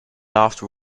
after